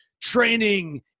training